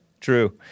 True